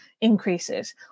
increases